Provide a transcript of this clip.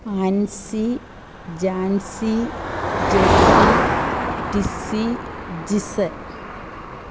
Ancy Jancy Jessy Tissy Jison